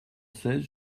seize